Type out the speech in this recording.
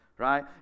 right